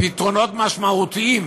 פתרונות משמעותיים.